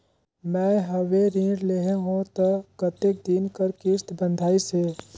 मैं हवे ऋण लेहे हों त कतेक दिन कर किस्त बंधाइस हे?